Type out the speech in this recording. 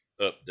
update